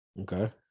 Okay